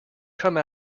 come